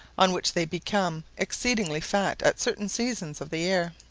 on which they become exceedingly fat at certain seasons of the year.